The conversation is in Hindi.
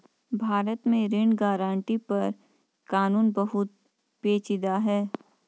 भारत में ऋण गारंटी पर कानून बहुत पेचीदा है